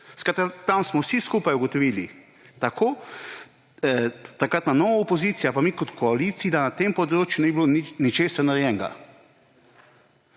tam smo vsi skupaj ugotovili, takrat na novo opozicija pa mi kot koalicija, da na tem področju ni bilo ničesar narejenega.